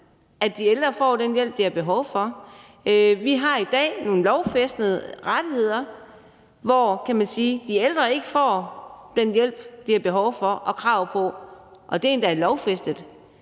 at de ældre får den hjælp, de har behov for? Vi har i dag nogle lovfæstede rettigheder, og alligevel får de ældre ikke den hjælp, de har behov for og krav på, og det er endda lovfæstet.